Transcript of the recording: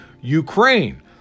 Ukraine